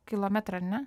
kilometrą ar ne